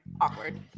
Awkward